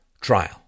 trial